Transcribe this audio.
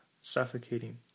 suffocating